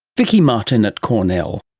vicki martin at cornell